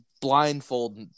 blindfold